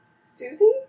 Susie